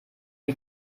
die